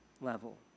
level